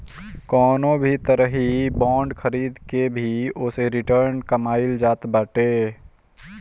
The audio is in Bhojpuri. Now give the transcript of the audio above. कवनो भी तरही बांड खरीद के भी ओसे रिटर्न कमाईल जात बाटे